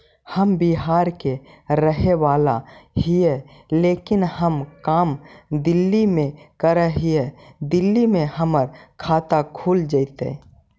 हम बिहार के रहेवाला हिय लेकिन हम काम दिल्ली में कर हिय, दिल्ली में हमर खाता खुल जैतै?